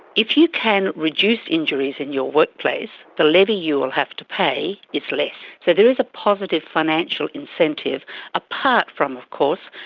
if you can reduce injuries in your workplace, the levy you will have to pay is less. so there is a positive financial incentive apart from, of course,